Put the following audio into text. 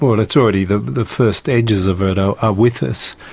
already the the first edges of it are ah with us.